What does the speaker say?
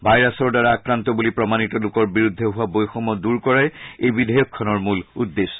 ভাইৰাছৰ দ্বাৰা আক্ৰান্ত বুলি প্ৰমাণিত লোকৰ বিৰুদ্ধে হোৱা বৈষম্য দূৰ কৰাই বিধেয়কখনৰ মূল উদ্দেশ্য